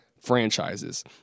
franchises